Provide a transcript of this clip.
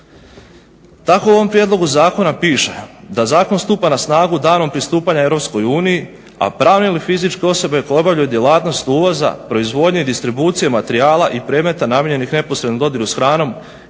Tako u ovom prijedlogu zakona piše da zakon stupa na snagu danom pristupanja Europskoj uniji, a pravne ili fizičke osobe koje obavljaju djelatnost uvoza, proizvodnje i distribucije materijala i predmeta namijenjenih neposrednom dodiru s hranom